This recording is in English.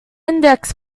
index